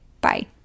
bye